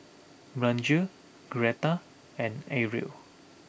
Blanchie Greta and Ariel